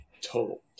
total